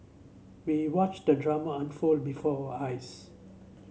we watched the drama unfold before eyes